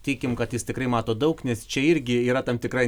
tikim kad jis tikrai mato daug nes čia irgi yra tam tikra